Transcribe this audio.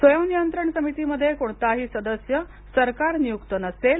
स्वयंनियंत्रण समितीमध्ये कोणताही सदस्य सरकारनियुक्त नसेल